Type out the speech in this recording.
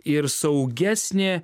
ir saugesnė